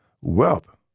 Wealth